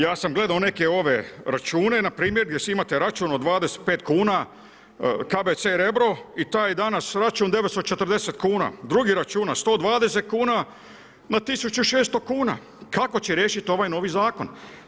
Ja sam gledao neke račune npr. gdje imate račun od 25 kuna KBC Rebro i taj je danas račun 940 kuna, drugi računa 120 kuna na 1600 kuna, kako će riješiti ovaj novi zakon?